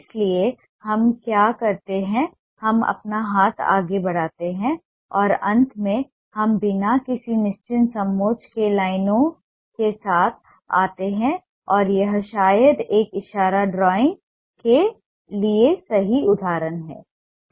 इसलिए हम क्या करते हैं हम अपना हाथ आगे बढ़ाते हैं और अंत में हम बिना किसी निश्चित समोच्च के लाइनों के साथ आते हैं और यह शायद एक इशारा ड्राइंग के लिए सही उदाहरण है